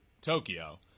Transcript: Tokyo